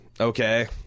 Okay